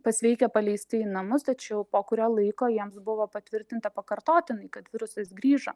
pasveikę paleisti į namus tačiau po kurio laiko jiems buvo patvirtinta pakartotinai kad virusas grįžo